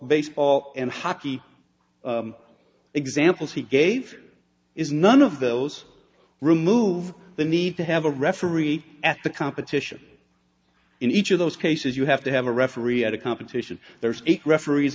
baseball and hockey examples he gave is none of those remove the need to have a referee at the competition in each of those cases you have to have a referee at a competition there's eight referees